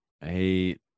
hey